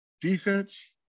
defense